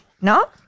no